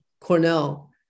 Cornell